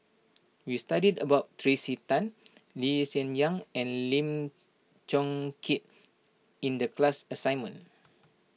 we studied about Tracey Tan Lee Hsien Yang and Lim Chong Keat in the class assignment